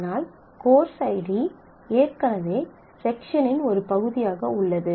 ஆனால் course ID ஏற்கனவே செக்ஷனின் ஒரு பகுதியாக உள்ளது